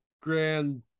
grand